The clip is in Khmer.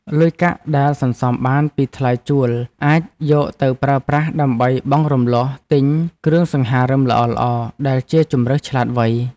លុយកាក់ដែលសន្សំបានពីថ្លៃជួលអាចយកទៅប្រើប្រាស់ដើម្បីបង់រំលស់ទិញគ្រឿងសង្ហារិមល្អៗដែលជាជម្រើសឆ្លាតវៃ។